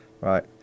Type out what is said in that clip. Right